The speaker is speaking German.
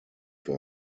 für